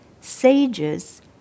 sages